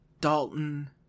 dalton